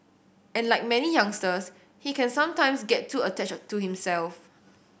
and like many youngsters he can sometimes get too attached to himself